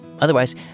Otherwise